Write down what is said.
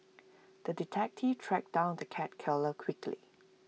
the detective tracked down the cat killer quickly